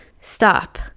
stop